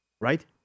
Right